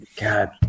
God